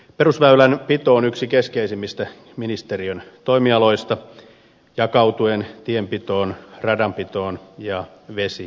perusväylänpito on yksi keskeisimmistä ministeriön toimialoista jakautuen tienpitoon radanpitoon ja vesiväyliin